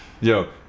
Yo